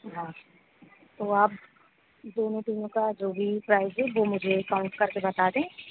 हाँ तो आप दोनों तीनों का जो भी प्राइस है वो मुझे काउंट करके बता दें